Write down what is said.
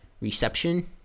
reception